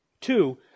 Two